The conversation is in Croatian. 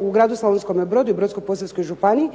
u gradu Slavonskome Brodu i Brodsko-posavskoj županiji,